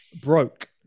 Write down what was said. broke